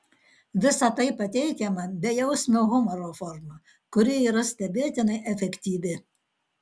visa tai pateikiama bejausmio humoro forma kuri yra stebėtinai efektyvi